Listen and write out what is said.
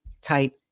type